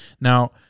Now